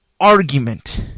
argument